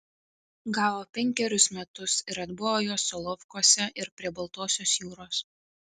gavo penkerius metus ir atbuvo juos solovkuose ir prie baltosios jūros